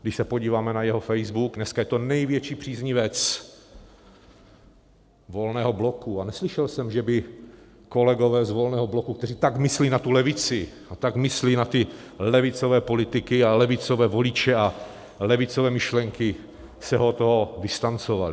Když se podíváme na jeho Facebook, dneska je to největší příznivec Volného bloku, a neslyšel jsem, že by kolegové z Volného bloku, kteří tak myslí na levici a tak myslí na levicové politiky a levicové voliče a levicové myšlenky, se od toho distancovali.